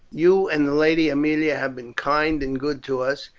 you and the lady aemilia have been kind and good to us,